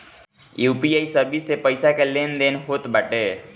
UPI service से पईसा के लेन देन होत बाटे